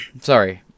Sorry